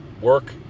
Work